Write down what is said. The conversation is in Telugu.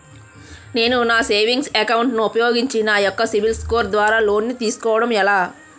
నేను నా సేవింగ్స్ అకౌంట్ ను ఉపయోగించి నా యెక్క సిబిల్ స్కోర్ ద్వారా లోన్తీ సుకోవడం ఎలా?